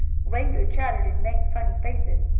wango chattered, and made funny faces.